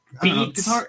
beats